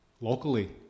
locally